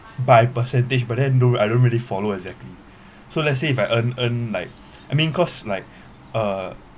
by percentage but then though I don't really follow exactly so let's say if I earn earn like I mean cause like uh